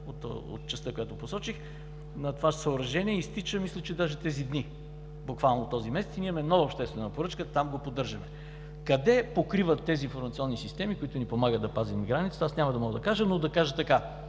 от частта, която посочих, на това съоръжение изтичат мисля, че даже тези дни, буквално този месец. И ние имаме нова обществена поръчка – там го поддържаме. Къде покриват тези информационни системи, които ни помагат да пазим границата, няма да мога да кажа, но да кажа така: